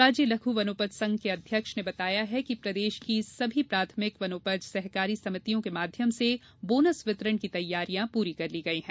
राज्य लघु वनोपज संघ के अध्यक्ष ने बताया कि प्रदेश की सभी प्राथमिक वनोपज सहकारी समितियों के माध्यम से बोनस वितरण की तैयारियाँ पूरी कर ली गई हैं